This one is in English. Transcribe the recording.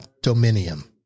dominium